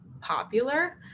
popular